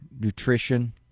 nutrition